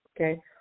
okay